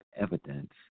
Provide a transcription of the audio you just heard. evidence